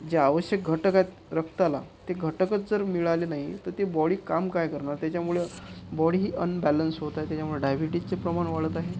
जे आवश्यक घटक आहेत रक्ताला ते घटकच जर मिळाले नाही तर ती बॉडी काम काय करणार त्याच्यामुळे बॉडी अनबॅलेन्स होत आहे त्याच्यामुळे डायबेटिसचे प्रमाण वाढत आहे